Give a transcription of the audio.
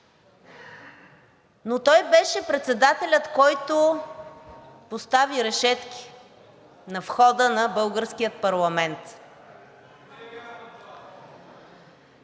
но той беше председателят, който постави решетки на входа на българския парламент.